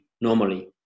normally